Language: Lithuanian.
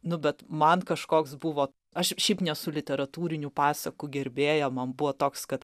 nu bet man kažkoks buvo aš šiaip nesu literatūrinių pasakų gerbėjams buvo toks kad